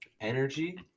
energy